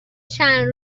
چند